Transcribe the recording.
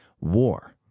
war